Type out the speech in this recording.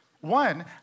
one